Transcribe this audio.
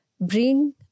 bring